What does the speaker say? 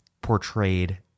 portrayed